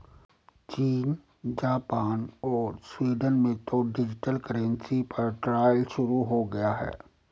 चीन, जापान और स्वीडन में तो डिजिटल करेंसी पर ट्रायल शुरू हो गया है